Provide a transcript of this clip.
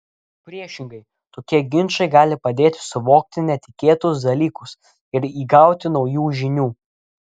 priešingai tokie ginčai gali padėti suvokti netikėtus dalykus ir įgauti naujų žinių